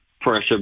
pressure